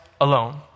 alone